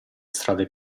strade